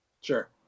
Sure